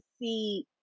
see